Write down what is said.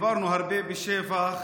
דיברנו הרבה בשבח